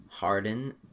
Harden